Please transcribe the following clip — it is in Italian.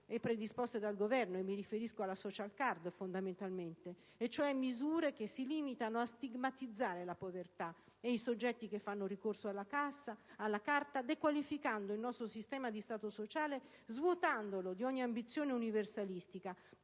e predisposte dal Governo - mi riferisco fondamentalmente alla *social card* - cioè misure che si limitano a stigmatizzare la povertà ed i soggetti che fanno ricorso alla carta, dequalificando il nostro sistema di Stato sociale, svuotandolo di ogni ambizione universalistica,